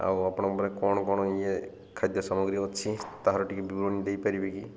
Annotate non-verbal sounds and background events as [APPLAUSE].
ଆଉ ଆପଣଙ୍କ [UNINTELLIGIBLE] କ'ଣ କ'ଣ ଇଏ ଖାଦ୍ୟ ସାମଗ୍ରୀ ଅଛି ତାହାର ଟିକେ ବିବରଣୀ ଦେଇପାରିବେ କି